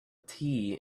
tea